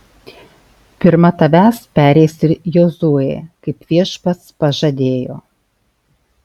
pirma tavęs pereis ir jozuė kaip viešpats pažadėjo